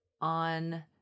on